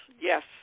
yes